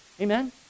Amen